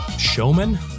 Showman